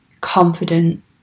confident